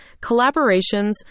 Collaborations